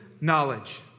knowledge